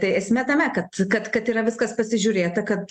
tai esmė tame kad kad kad yra viskas pasižiūrėta kad